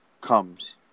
comes